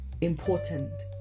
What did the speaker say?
important